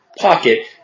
pocket